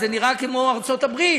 זה נראה כמו ארצות-הברית.